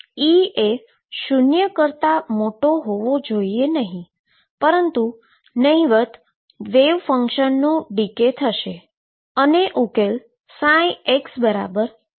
E એ શુન્ય કરતાં મોટો હોવો જરૂરી છે નહીતર વેવ ફંક્શન ડીકે થશે અને ઉકેલ xeikx મળશે